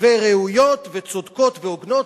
וראויות וצודקות והוגנות,